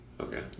Okay